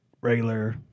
regular